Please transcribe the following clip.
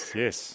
yes